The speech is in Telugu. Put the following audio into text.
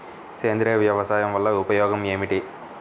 సేంద్రీయ వ్యవసాయం వల్ల ఉపయోగం ఏమిటి?